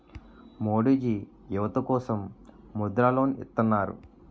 మోడీజీ యువత కోసం ముద్ర లోన్ ఇత్తన్నారు